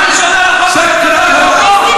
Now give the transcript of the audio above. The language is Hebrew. ולכן,